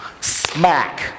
Smack